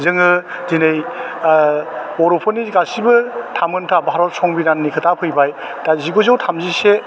जोङो दिनै बर'फोरनि गासिबो थामोनथा भारत संबिधाननि खोथा फैबाय दा जिगुजौ थामजिसे